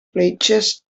fletxes